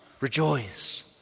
Rejoice